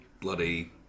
bloody